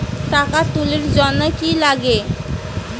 টাকা তুলির জন্যে কি লাগে?